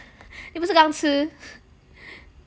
你不是刚吃